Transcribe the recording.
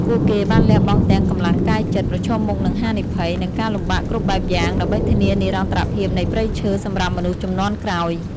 ពួកគេបានលះបង់ទាំងកម្លាំងកាយចិត្ត ប្រឈមមុខនឹងហានិភ័យ និងការលំបាកគ្រប់បែបយ៉ាង ដើម្បីធានានិរន្តរភាពនៃព្រៃឈើសម្រាប់មនុស្សជំនាន់ក្រោយ។